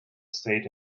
state